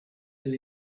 sit